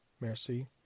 merci